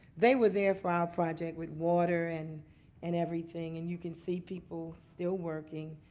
they were there for our project with water and and everything. and you can see people still working.